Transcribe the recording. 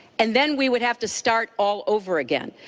and then we would have to start all over again.